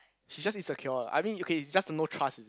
she's just insecure lah I mean okay is just no trust is it